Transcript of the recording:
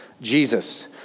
Jesus